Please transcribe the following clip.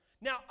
Now